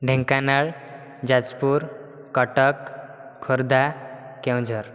Dhenkanal Jajpur Cuttack Khordha Keonjhar